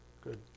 Good